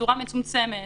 בצורה מצומצמת